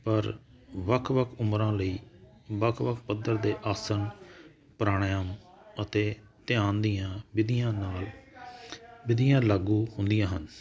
ਪਰ ਵੱਖ ਵੱਖ ਉਮਰਾਂ ਲਈ ਵੱਖ ਵੱਖ ਪੱਧਰ ਦੇ ਆਸਨ ਪੁਰਾਣੇਅਮ ਅਤੇ ਧਿਆਨ ਦੀਆਂ ਵਿਧੀਆਂ ਨਾਲ ਵਿਧੀਆਂ ਲਾਗੂ ਹੁੰਦੀਆਂ ਹਨ